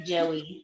Joey